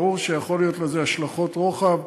ברור שיכולות להיות לזה השלכות רוחב.